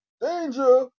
Danger